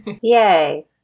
Yay